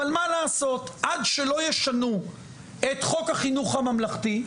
אבל מה לעשות עד שלא ישנו את חוק החינוך הממלכתי,